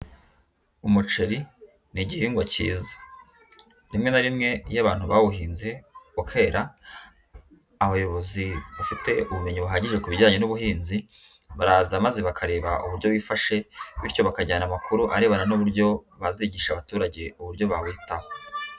Umuceri ni igihingwa cyiza. Rimwe na rimwe iyo abantu bawuhinze kera, abayobozi bafite ubumenyi buhagije ku bijyanye n'ubuhinzi, baraza maze bakareba uburyo wifashe, bityo bakajyana amakuru arebana n'uburyo bazigisha abaturage uburyo bawitaho.